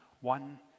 one